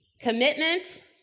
Commitment